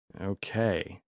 Okay